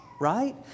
right